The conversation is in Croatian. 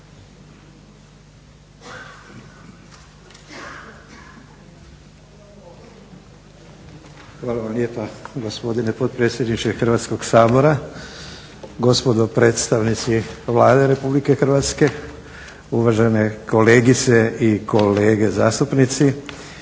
Hvala vam lijepa gospodine potpredsjedniče Hrvatskog sabora, gospodo predstavnici Vlade RH, uvažene kolegice i kolege zastupnici,